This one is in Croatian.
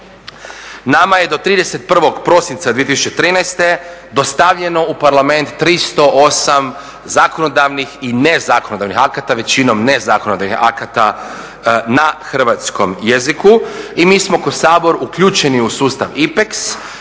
Nama je do 31. prosinca 2013. dostavljeno u Parlament 308 zakonodavnih i nezakonodavnih akata, većinom nezakonodavnih akata na hrvatskom jeziku i mi smo kao Sabor uključeni u sustav IPEX